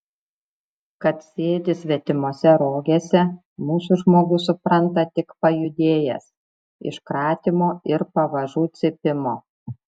kad sėdi svetimose rogėse mūsų žmogus supranta tik pajudėjęs iš kratymo ir pavažų cypimo